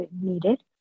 needed